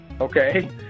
okay